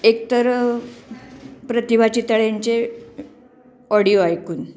एकतर प्रतिभा चितळें ऑडिओ ऐकून